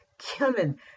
killing